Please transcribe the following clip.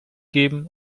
geben